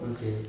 okay